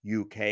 UK